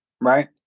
Right